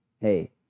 hey